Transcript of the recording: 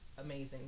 amazing